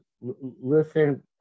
listen